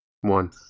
One